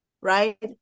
right